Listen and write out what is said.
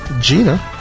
Gina